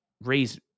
raise